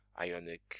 ionic